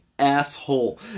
asshole